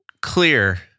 clear